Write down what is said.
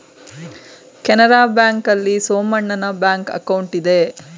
Canara bank ಆಲ್ಲಿ ಸೋಮಣ್ಣನ bank account ಇದೆ